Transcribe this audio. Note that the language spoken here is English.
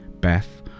Beth